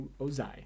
Ozai